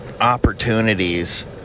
opportunities